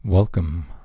Welcome